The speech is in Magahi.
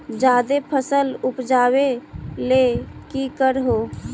जादे फसल उपजाबे ले की कर हो?